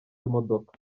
imodoka